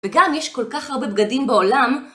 וגם יש כל כך הרבה בגדים בעולם